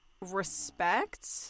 respect